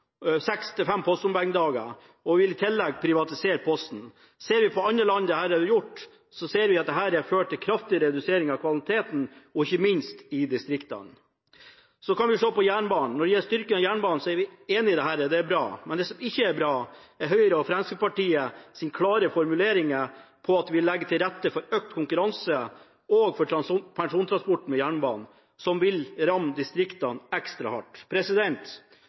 seks til fem postombæringsdager og vil i tillegg privatisere Posten. Ser vi på andre land hvor dette er gjort, ser vi at det har ført til kraftig redusering av kvaliteten, ikke minst i distriktene. Så kan vi se på jernbanen. Når det gjelder styrkingen av jernbanen, er vi enig i det – det er bra. Men det som ikke er bra, er Høyre og Fremskrittspartiets klare formuleringer om at de vil legge til rette for økt konkurranse også for persontransport med jernbane, som vil ramme distriktene ekstra hardt.